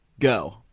Go